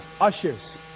Ushers